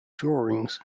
drawings